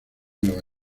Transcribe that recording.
nueva